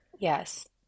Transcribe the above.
Yes